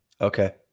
Okay